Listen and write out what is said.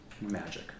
magic